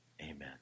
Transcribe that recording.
amen